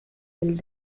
del